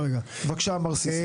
בבקשה, מר סיסו.